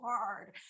hard